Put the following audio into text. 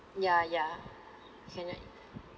ya ya cannot